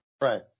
Right